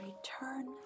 return